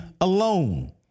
alone